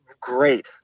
great